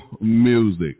music